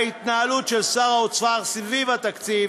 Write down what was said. וההתנהלות של שר האוצר סביב התקציב,